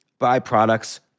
byproducts